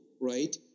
right